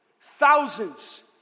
thousands